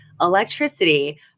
Electricity